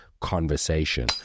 conversation